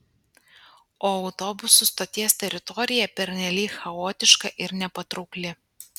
o autobusų stoties teritorija pernelyg chaotiška ir nepatraukli